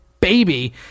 baby